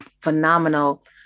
phenomenal